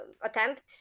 attempt